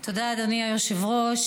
תודה, אדוני היושב-ראש.